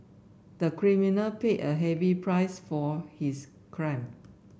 the criminal paid a heavy price for his crime